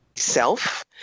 self